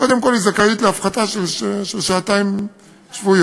קודם כול, זכאית להפחתה של שעתיים שבועיות.